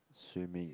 swimming